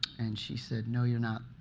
and she said no you're not,